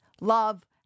love